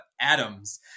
atoms